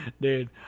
Dude